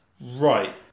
Right